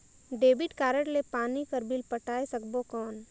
Debit card ले पानी कर बिल पटाय सकबो कौन?